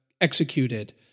executed